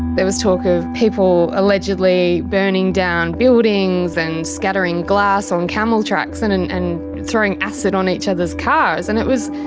there was talk of people allegedly burning down buildings and scattering glass on camel tracks and and and throwing acid on each other's cars and it was,